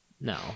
No